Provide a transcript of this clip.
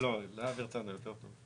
להערכת מצב הטבע שמתקיימת היום בתוך המארג.